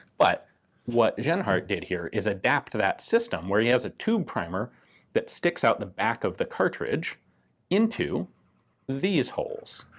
but what genhart did here is adapt that system, where he has a tube primer that sticks out the back of the cartridge into these holes.